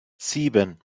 sieben